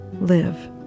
live